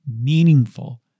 meaningful